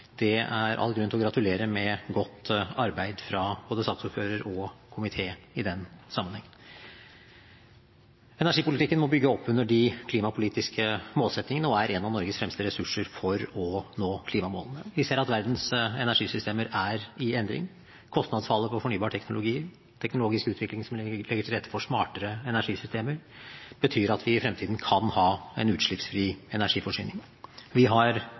Det er all grunn til å gratulere med godt arbeid fra både saksordføreren og komiteen i den sammenheng. Energipolitikken må bygge oppunder de klimapolitiske målsettingene og er en av Norges fremste ressurser for å nå klimamålene. Vi ser at verdens energisystemer er i endring. Kostnadsfallet på fornybare teknologier og teknologisk utvikling som legger til rette for smartere energisystemer, betyr at vi i fremtiden kan ha en utslippsfri energiforsyning. Vi har